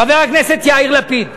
חבר הכנסת יאיר לפיד.